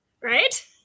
Right